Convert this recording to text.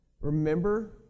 Remember